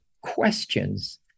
questions